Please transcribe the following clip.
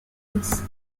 race